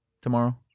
tomorrow